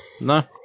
No